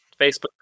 Facebook